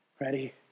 Ready